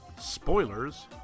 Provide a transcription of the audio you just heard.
Spoilers